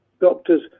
doctors